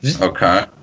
Okay